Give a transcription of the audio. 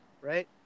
right